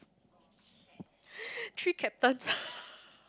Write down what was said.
three captains ah